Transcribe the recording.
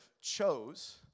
chose